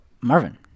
Marvin